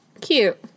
Cute